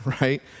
right